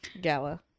Gala